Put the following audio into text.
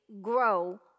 grow